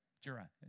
Jura